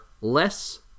less